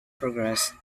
progressed